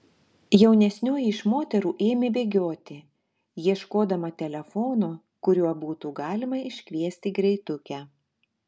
jaunesnioji iš moterų ėmė bėgioti ieškodama telefono kuriuo būtų galima iškviesti greitukę